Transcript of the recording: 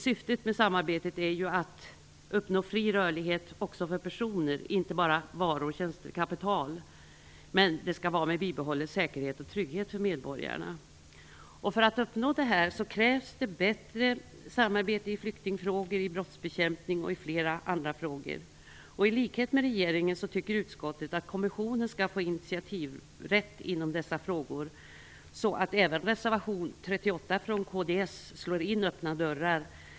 Syftet med samarbetet är ju att uppnå fri rörlighet också för personer, inte bara för varor, tjänster och kapital, dock med bibehållen säkerhet och trygghet för medborgarna. För att man skall uppnå detta krävs det bättre samarbete i flyktingfrågor, om brottsbekämpning och i flera andra sammanhang. I likhet med regeringen tycker utskottet att kommissionen skall få initiativrätt i dessa frågor. Även i reservation nr 38 från kds slår man alltså in öppna dörrar.